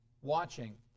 watching